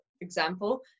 example